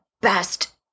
best